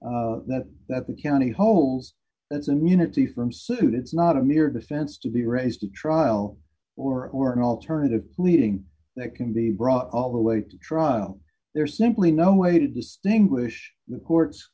immunity that that the county holes that's immunity from suit it's not a mere defense to be raised to trial or or an alternative meeting that can be brought all the way to trial there is simply no way to distinguish the court's